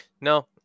No